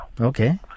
Okay